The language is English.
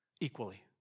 Equally